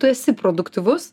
tu esi produktyvus